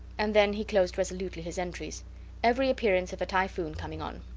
and then he closed resolutely his entries every appearance of a typhoon coming on.